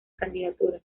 candidatura